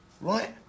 right